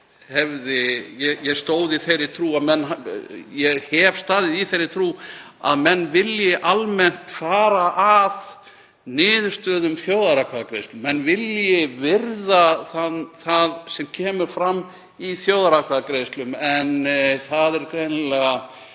hef staðið í þeirri trú að menn vilji almennt fara að niðurstöðum þjóðaratkvæðagreiðslna, menn vilji virða það sem kemur fram í þjóðaratkvæðagreiðslum, en það eru greinilega